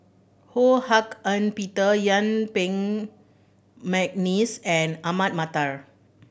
Ho Hak Ean Peter Yuen Peng McNeice and Ahmad Mattar